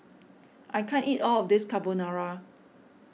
I can't eat all of this Carbonara